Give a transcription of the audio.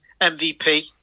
MVP